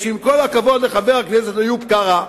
שעם כל הכבוד לחבר הכנסת איוב קרא,